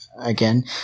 again